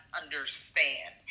understand